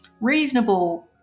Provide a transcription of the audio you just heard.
reasonable